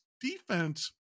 defense